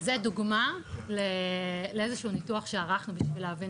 זו דוגמה לאיזשהו ניתוח שערכנו כדי להבין